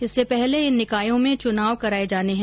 इससे पहले इन निकायो में चुनाव कराए जाने है